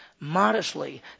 Modestly